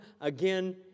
again